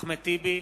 אחמד טיבי,